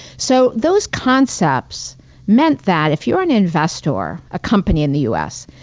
so those concepts meant that, if you're an investor, a company in the u. s,